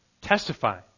testify